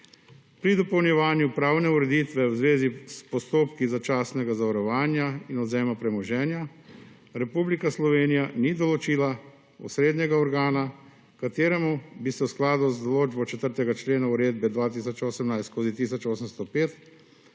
Pri dopolnjevanju pravne ureditve v zvezi s postopki začasnega zavarovanja in odvzema premoženja, Republika Slovenija ni določila osrednjega organa, h kateremu bi se v skladu z določbo 4. člena uredbe 2018/1805,